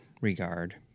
regard